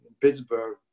Pittsburgh